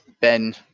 Ben